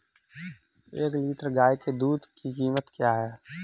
एक लीटर गाय के दूध की कीमत क्या है?